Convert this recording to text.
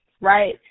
right